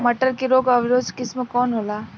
मटर के रोग अवरोधी किस्म कौन होला?